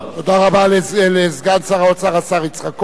תודה רבה לסגן שר האוצר, השר יצחק כהן.